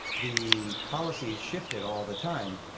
the policy shifted all the time,